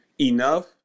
enough